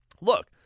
look